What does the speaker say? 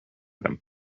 them